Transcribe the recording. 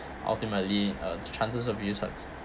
ultimately uh the chances of you success